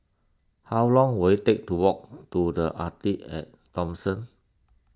how long will it take to walk to the Arte at Thomson